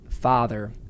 Father